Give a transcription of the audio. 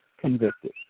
convicted